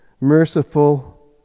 merciful